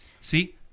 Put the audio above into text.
See